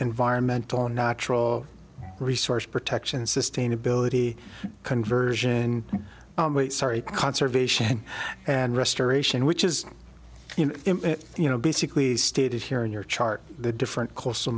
environmental and natural resource protection sustainability conversion sorry conservation and restoration which is you know basically stated here in your chart the different coast